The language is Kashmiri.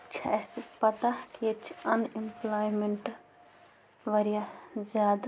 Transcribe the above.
چھِ اَسہِ پَتَہ کہِ ییٚتہِ چھِ اَن اٮ۪مپٕلایمٮ۪نٛٹ واریاہ زیادٕ